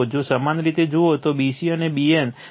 જો સમાન રીતે જુઓ તો bc અને bn 30o